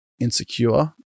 insecure